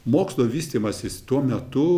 mokslo vystymasis tuo metu